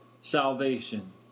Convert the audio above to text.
salvation